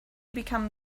become